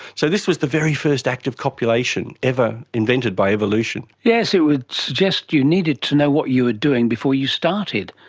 so this was the very first act of copulation ever invented by evolution. yes, it would suggest you needed to know what you were doing before you started.